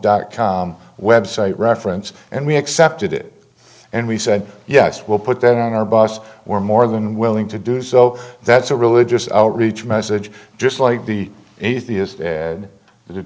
y website reference and we accepted it and we said yes we'll put that on our bus we're more than willing to do so that's a religious outreach message just like the atheist in the